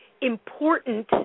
important